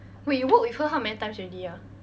wait you work with her how many times already ah